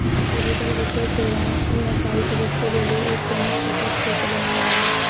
digital वित्तीय सेवाएं AFI सदस्यों के लिए एक प्रमुख फोकस क्षेत्र बना हुआ है